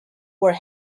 were